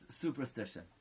superstition